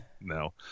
no